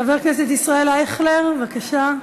חבר הכנסת ישראל אייכלר, בבקשה.